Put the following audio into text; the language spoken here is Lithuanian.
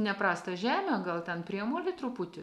neprastą žemę gal ten priemolį truputį